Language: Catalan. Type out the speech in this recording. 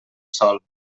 sòl